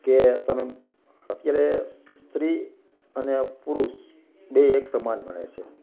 કે તમે અત્યારે સ્ત્રી અને પુરુષ બેય એકસમાન ગણાય છે